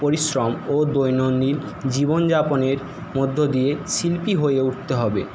পরিশ্রম ও দৈনন্দিন জীবনযাপনের মধ্য দিয়ে শিল্পী হয়ে উঠতে হবে